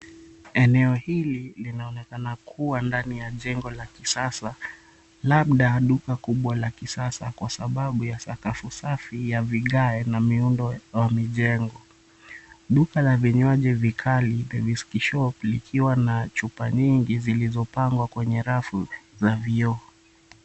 Eneo hili linaonekana kuwa ndani ya jengo la kisasa labda duka kubwa la kisasa kwa sababu ya sakafu safi ya vigae na miundo ya mijengo duka la vinywaji vya vikali, vikiwa na chupa mingi zilizopangwa kwenye rafu za vioo.